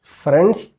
friends